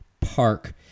Park